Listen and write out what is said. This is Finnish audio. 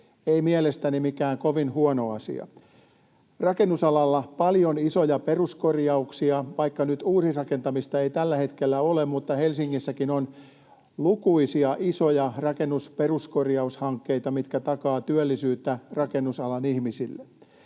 ei mielestäni mikään kovin huono asia. Rakennusalalla paljon isoja peruskorjauksia: vaikka nyt uudisrakentamista ei tällä hetkellä ole, niin Helsingissäkin on lukuisia isoja rakennus- ja peruskorjaushankkeita, mitkä takaavat työllisyyttä rakennusalan ihmisille.